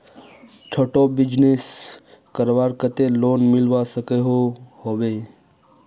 छोटो बिजनेस करवार केते लोन मिलवा सकोहो होबे?